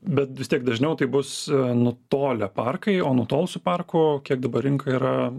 bet vis tiek dažniau tai bus nutolę parkai o nutolusių parkų kiek dabar rinkoj yra